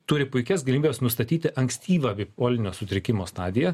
turi puikias galimybes nustatyti ankstyvą bipolinio sutrikimo stadiją